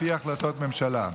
לפי החלטות ממשלה.